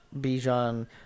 Bijan